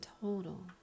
total